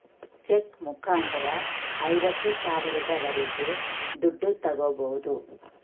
check ಮುಖಾಂತರ ಐವತ್ತು ಸಾವಿರದವರೆಗೆ ದುಡ್ಡು ತಾಗೋಬೋದು